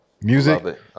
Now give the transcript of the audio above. Music